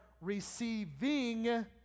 receiving